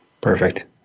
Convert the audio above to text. Perfect